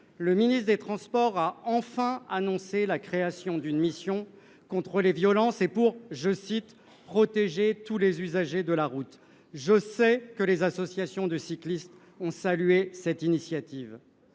le ministre des transports a enfin annoncé la création d’une mission contre les violences visant à « protéger tous les usagers de la route ». Les associations de cyclistes ont salué cette initiative,